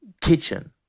Kitchen